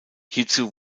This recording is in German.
hierzu